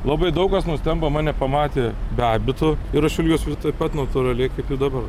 labai daug kas nustemba mane pamatę be abito ir aš elgiuos taip pat natūraliai kaip ir dabar